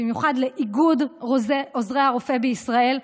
במיוחד לאיגוד עוזרי הרופא בישראל,